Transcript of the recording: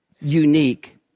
unique